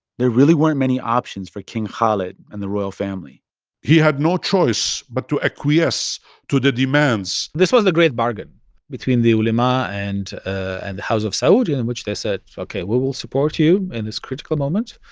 there really weren't many options for king khalid and the royal family he had no choice but to acquiesce to the demands this was a great bargain between the ulema and and the house of saudi in which they said, ok, we will support you in this critical moment.